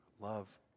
love